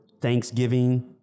Thanksgiving